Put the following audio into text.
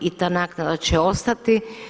I ta naknada će ostati.